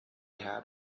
had